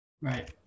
Right